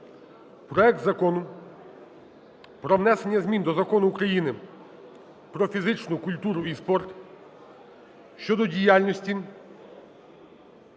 проект Закону про внесення змін до Закону України "Про фізичну культуру і спорт" (щодо діяльності